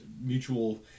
mutual